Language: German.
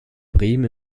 bremen